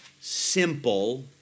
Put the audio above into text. simple